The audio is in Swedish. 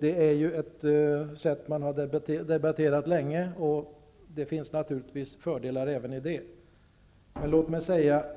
Detta är åtgärder som har debatterats länge, och det finns naturligtvis fördelar även med dessa.